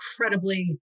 incredibly